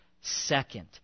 second